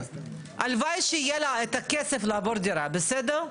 הלוואי שיהיה לך את הכסף לעבור דירה, בסדר?